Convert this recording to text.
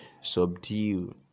subdue